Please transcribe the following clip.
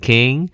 King